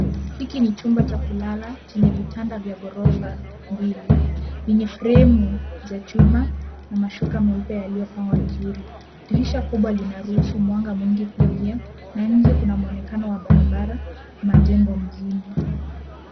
Hiki ni chumba cha kulala chenye vitanda vya ghorofa mbili, vyenye fremu za chuma na mashuka meupe yaliyopangwa vizuri. Dirisha kubwa linaruhusu mwanga mwingi kuingia na nje kuna mwonekano wa barabara majengo mjini.